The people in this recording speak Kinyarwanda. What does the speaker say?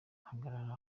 hagarara